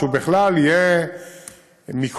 שבכלל יהיה שונה,